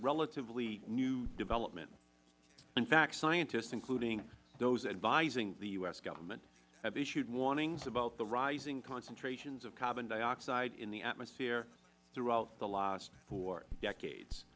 relatively new development in fact scientists including those advising the u s government have issued warnings about the rising concentrations of carbon dioxide in the atmosphere throughout the last four decades